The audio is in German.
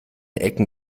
ecken